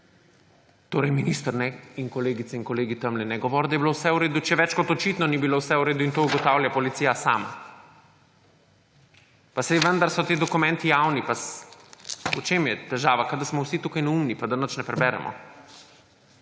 Torej minister, kajne, in kolegice in kolegi tamle, ne govoriti, da je bilo vse v redu, če več kot očitno ni bilo vse v redu in to ugotavlja policija sama. Pa saj vendar so ti dokumenti javni, pa … V čem je težava? Kot da smo vsi tukaj neumni, pa da nič ne preberemo.